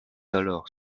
alors